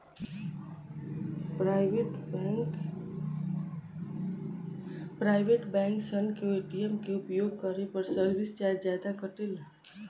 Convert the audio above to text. private bank सन के ATM के उपयोग करे पर सर्विस चार्ज जादा कटेला